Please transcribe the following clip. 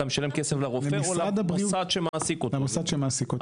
אתה משלם כסף לרופא או למוסד שמעסיק אותו.